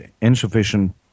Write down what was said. insufficient